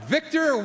Victor